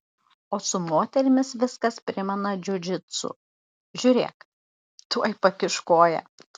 o su moterimis viskas primena džiudžitsu žiūrėk tuoj pakiš koją